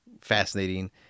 fascinating